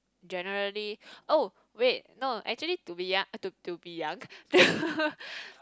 generally oh wait no actually to be young to to be young